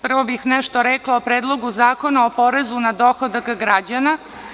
Prvo bih nešto rekla o Predlogu zakona o porezu na dohodak građana.